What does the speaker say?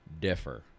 differ